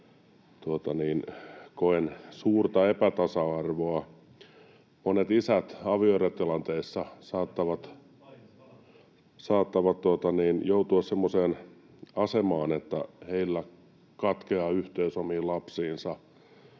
näen suurta epätasa-arvoa. Monet isät avioerotilanteessa saattavat joutua semmoiseen asemaan, että heillä katkeaa yhteys omiin lapsiinsa,